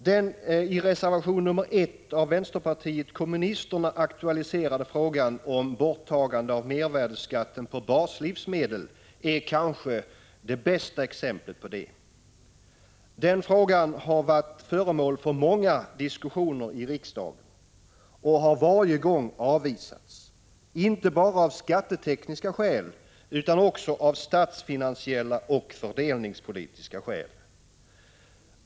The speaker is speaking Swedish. Den i reservation nr 1 av vänsterpartiet kommunisterna aktualiserade frågan om borttagande av mervärdeskatten på baslivsmedel är kanske det bästa exemplet på detta. Den frågan har varit föremål för många diskussioner i riksdagen och har varje gång avvisats, inte bara av skattetekniska skäl utan också av statsfinansiella och fördelningspolitiska skäl.